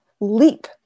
leap